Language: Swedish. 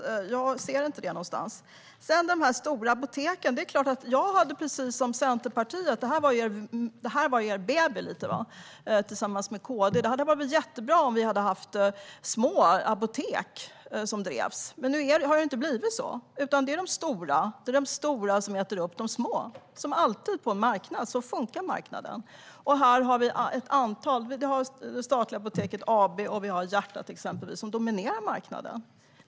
Men jag ser inte det någonstans. När det gäller de stora apoteken är det klart att jag precis som Centerpartiet - detta var ju lite grann er bebis tillsammans med KD - tycker att det hade varit jättebra om vi hade fått småapotek. Men nu har det ju inte blivit så, utan det är de stora apoteken som äter upp de små - som alltid på en marknad. Så funkar marknaden. Vi har det statliga Apoteket AB och exempelvis Apotek Hjärtat, som dominerar marknaden.